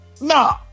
nah